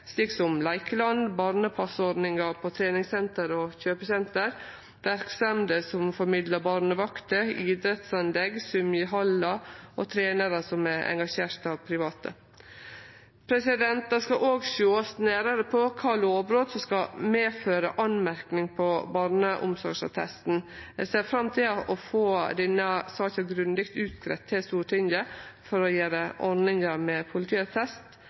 slik som leikeland, barnepassordningar på treningssenter og kjøpesenter, verksemder som formidlar barnevakter, idrettsanlegg, symjehallar og trenarar som er engasjerte av private. Det skal òg sjåast nærare på kva lovbrot som skal medføre merknad på barneomsorgsattesten. Eg ser fram til å få denne saka grundig utgreidd til Stortinget, for å gjere ordninga med